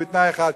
אבל בתנאי אחד,